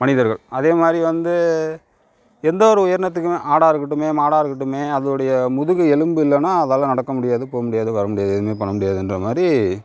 மனிதர்கள் அதேமாதிரி வந்து எந்த ஒரு உயிரினத்துக்கும் ஆடாக இருக்கட்டும் மாடாக இருக்கட்டும் அதோடைய முதுகு எலும்பு இல்லைனா அதால் நடக்க முடியாது போக முடியாது வர முடியாது எதுவுமே பண்ணமுடியாதுன்ற மாதிரி